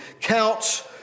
counts